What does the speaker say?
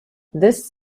this